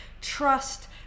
trust